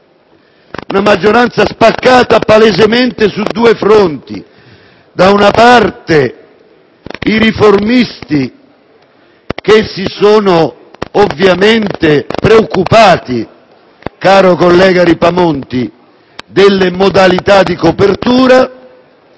una maggioranza spaccata palesemente su due fronti: da una parte, i riformisti che si sono ovviamente preoccupati, caro collega Ripamonti, delle modalità di copertura